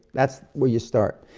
that's where you start.